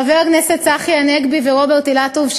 לחבר הכנסת צחי הנגבי ורוברט אילטוב,